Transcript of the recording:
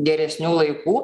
geresnių laikų